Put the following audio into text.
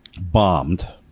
bombed